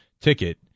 ticket